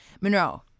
Monroe